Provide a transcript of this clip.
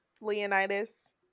Leonidas